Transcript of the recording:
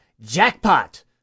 JACKPOT